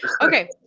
Okay